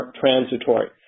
transitory